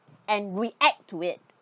and react to it